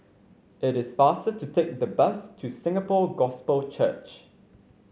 it is faster to take the bus to Singapore Gospel Church